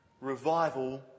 revival